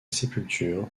sépulture